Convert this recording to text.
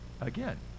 again